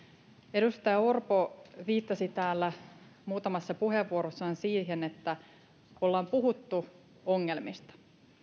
edustaja orpo viittasi täällä muutamassa puheenvuorossaan siihen että ollaan puhuttu ongelmista